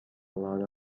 lot